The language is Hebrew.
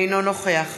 אינו נוכח